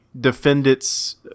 defendant's